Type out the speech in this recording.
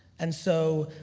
and so,